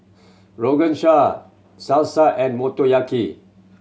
Rogan Josh Salsa and Motoyaki